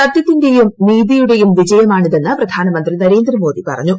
സത്യത്തിന്റെയും നീതിയുടെയും വിജയമാണിതെന്ന് പ്രധാനമന്ത്രി നരേന്ദ്രമോദി പറഞ്ഞു